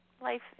life